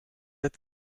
être